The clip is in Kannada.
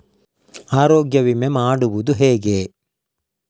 ಆರೋಗ್ಯ ವಿಮೆ ಮಾಡುವುದು ಹೇಗೆ?